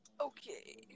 Okay